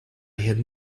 had